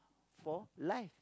for life